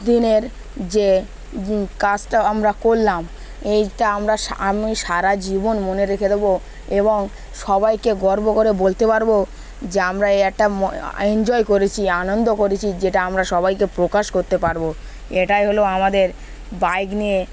দিনের যে কাজটা আমরা করলাম এইটা আমরা আমি সারা জীবন মনে রেখে দেবো এবং সবাইকে গর্ব করে বলতে পারবো যে আমরা একটা এনজয় করেছি আনন্দ করেছি যেটা আমরা সবাইকে প্রকাশ করতে পারবো এটাই হলো আমাদের বাইক নিয়ে